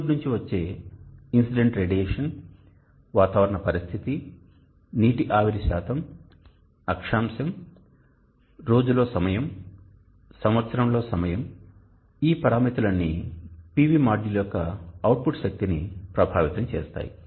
సూర్యుడి నుండి వచ్చే ఇన్సిడెంట్ రేడియేషన్ వాతావరణ పరిస్థితి నీటి ఆవిరి శాతం అక్షాంశం రోజు లోని సమయం సంవత్సరం లోని సమయం ఈ పరామితులన్నీ PV మాడ్యూల్ యొక్క అవుట్పుట్ శక్తిని ప్రభావితం చేస్తాయి